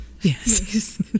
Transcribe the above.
Yes